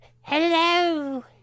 Hello